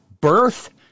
birth